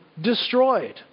destroyed